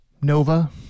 Nova